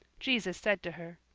jesus said to her,